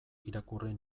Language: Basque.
irakurri